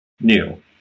new